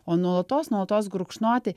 o nuolatos nuolatos gurkšnoti